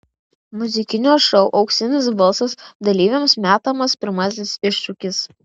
muzikinio šou auksinis balsas dalyviams metamas pirmasis iššūkis